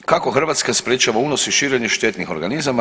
Kako Hrvatska sprječava unos i širenje štetnih organizama?